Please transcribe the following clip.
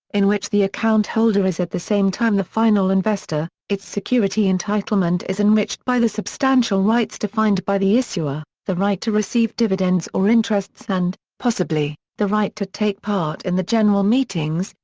in which the account holder is at the same time the final investor, its security entitlement is enriched by the substantial rights defined by the issuer the right to receive dividends or interests and, possibly, the right to take part in the general meetings,